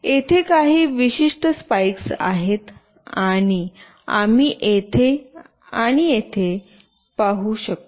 येथे काही विशिष्ट स्पाइक्स आहेत आणि आम्ही येथे आणि येथे पाहू शकतो